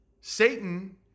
Satan